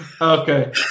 Okay